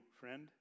friend